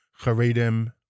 Haredim